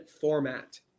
format